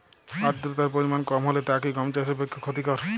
আর্দতার পরিমাণ কম হলে তা কি গম চাষের পক্ষে ক্ষতিকর?